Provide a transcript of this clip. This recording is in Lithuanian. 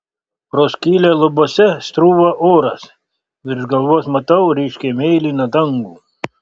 pro skylę lubose srūva oras virš galvos matau ryškiai mėlyną dangų